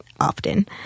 often